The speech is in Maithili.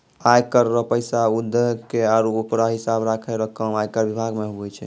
आय कर रो पैसा उघाय के आरो ओकरो हिसाब राखै रो काम आयकर बिभाग मे हुवै छै